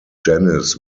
janis